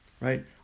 right